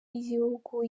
y’igihugu